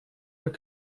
were